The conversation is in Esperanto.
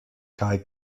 kaj